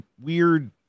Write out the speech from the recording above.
weird